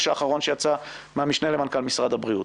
האחרון שיצא המשנה למנכ"ל משרד הבריאות.